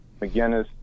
McGinnis